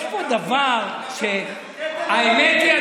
יש פה דבר שהאמת היא,